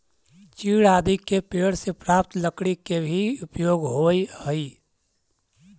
चीड़ आदि के पेड़ से प्राप्त लकड़ी के भी उपयोग होवऽ हई